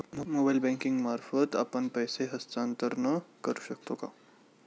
Mobile banking मार्फत आपण पैसे हस्तांतरण करू शकतो का?